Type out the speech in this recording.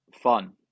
fun